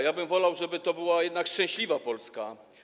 Ja bym wolał, żeby to była jednak szczęśliwa Polska.